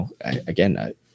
Again